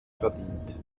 verdient